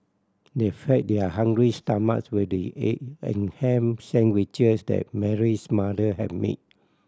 they fed their hungry stomachs with the egg and ham sandwiches that Mary's mother had made